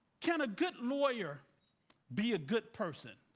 can a good lawyer be a good person?